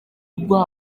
nubwo